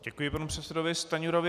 Děkuji panu předsedovi Stanjurovi.